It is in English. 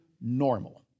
normal